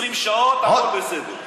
20 שעות, הכול בסדר.